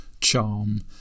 charm